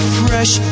fresh